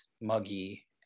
muggy